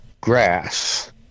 grass